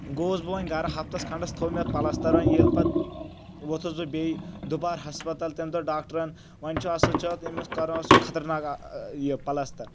گوس بہٕ وۄنۍ گَرٕ ہفتَس کھنٛڈَس تھوٚو مےٚ پَلَستَر ییٚلہِ پَتہٕ وۄتھُس بہٕ بیٚیہِ دُبار ہسپتال تَمہِ دۄہ ڈاکٹرَن وۄنۍ چھُ سہَ اَتھ سُہ چھُ أمِس کرو سُہ خطرناک یہِ پَلستر